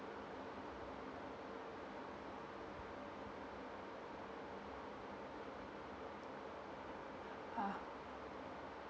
ah